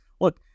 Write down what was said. look